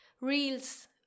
reels